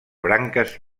branques